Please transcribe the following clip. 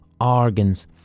organs